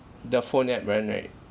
the phone app one right